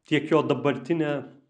tiek jo dabartinė